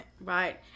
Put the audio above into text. right